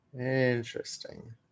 Interesting